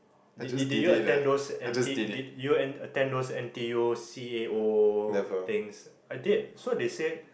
did you did you attend those N_T did you attend those N_T_U C_A_O things I did so they say